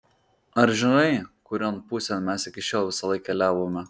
ar žinai kurion pusėn mes iki šiol visąlaik keliavome